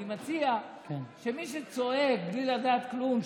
ואני מציע שמי שצועק בלי לדעת כלום,